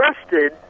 arrested